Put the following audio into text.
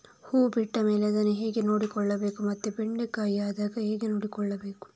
ಹೂ ಬಿಟ್ಟ ಮೇಲೆ ಅದನ್ನು ಹೇಗೆ ನೋಡಿಕೊಳ್ಳಬೇಕು ಮತ್ತೆ ಬೆಂಡೆ ಕಾಯಿ ಆದಾಗ ಹೇಗೆ ನೋಡಿಕೊಳ್ಳಬೇಕು?